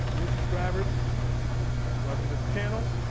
new subscribers welcome to the channel!